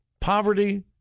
Poverty